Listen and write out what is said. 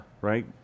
Right